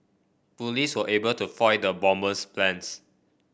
police were able to foil the bomber's plans